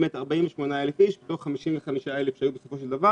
באמת 48,000 מתוך 55,000 שהיו בסופו של דבר